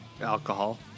alcohol